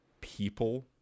people